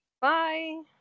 Bye